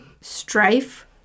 strife